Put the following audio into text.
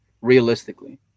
realistically